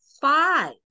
five